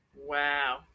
Wow